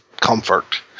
comfort